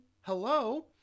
hello